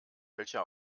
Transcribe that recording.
welcher